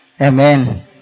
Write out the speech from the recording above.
Amen